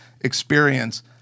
experience